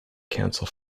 council